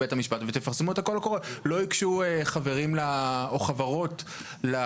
לגבי הוראת החוק יש כמה מטרות שאפשר להשתמש בכספים לטובתן.